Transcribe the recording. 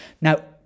Now